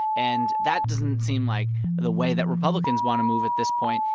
and that doesn't seem like the way that republicans want to move at this point,